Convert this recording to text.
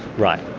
right.